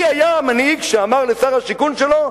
מי היה המנהיג שאמר לשר השיכון שלו: